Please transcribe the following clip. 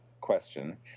question